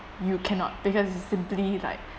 you cannot because simply like